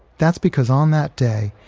that's because on that day,